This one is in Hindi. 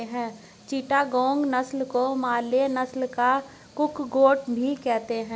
चिटागोंग नस्ल को मलय नस्ल का कुक्कुट भी कहते हैं